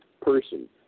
person